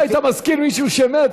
אם היית מזכיר מישהו שמת,